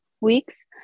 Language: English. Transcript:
weeks